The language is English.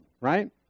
right